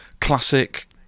classic